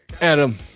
Adam